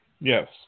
Yes